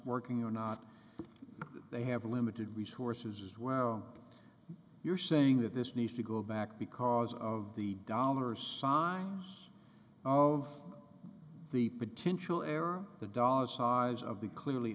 working or not they have limited resources as well you're saying that this needs to go back because of the dollar sign of the potential air or the dollars size of the clearly